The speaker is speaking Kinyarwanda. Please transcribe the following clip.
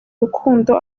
rukundo